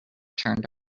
turned